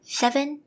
seven